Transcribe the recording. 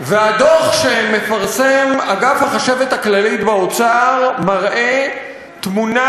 והדוח שמפרסם אגף החשבת הכללית באוצר מראה תמונה